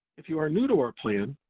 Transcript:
if you are new to our plan,